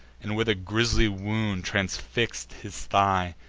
and with a grisly wound transfix'd his thigh,